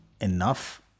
enough